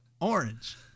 Orange